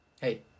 Hey